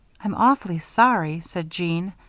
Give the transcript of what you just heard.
i'm awfully sorry, said jeanne,